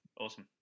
Awesome